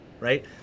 Right